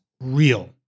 real